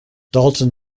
dalton